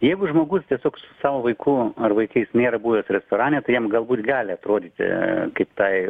jeigu žmogus tiesiog su savo vaiku ar vaikais nėra buvęs restorane tai jam galbūt gali atrodyti kaip tai